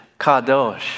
kadosh